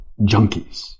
junkies